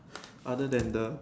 other than the